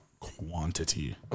quantity